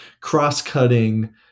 cross-cutting